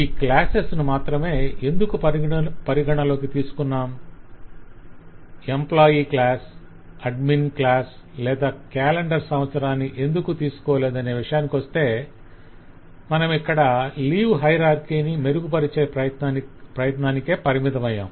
ఈ క్లాసెస్ ను మాత్రమే ఎందుకు పరిగణలోకి తీసుకున్నాం ఎంప్లాయ్ క్లాస్అడ్మిషన్ క్లాస్ లేదా క్యాలెండర్ సంవత్సరాన్ని ఎందుకు తీసుకోలేదనే విషయానికొస్తే మనమిక్కడ లీవ్ హయరార్కి ని మెరుగుపరచే ప్రయత్నానికే పరిమితమయ్యాం